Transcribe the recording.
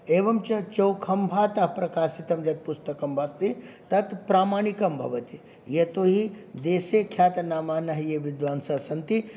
एवञ्च चौखम्भातः प्रकाशितं यत् पुस्तकं अस्ति तत् प्रामाणिकं भवति यतोहि देशे ख्यातनामानः ये विद्वांसः सन्ति